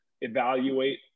evaluate